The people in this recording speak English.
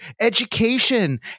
education